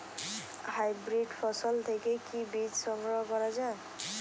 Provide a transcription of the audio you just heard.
Hybrid ফসল থেকে কি বীজ সংগ্রহ করা য়ায়?